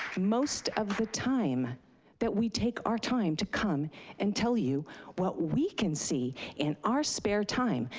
most of the time that we take our time to come and tell you what we can see in our spare time,